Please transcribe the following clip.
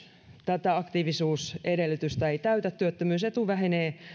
tätä aktiivisuusedellytystä ei täytä työttömyysetu vähenee